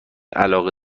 علاقه